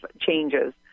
changes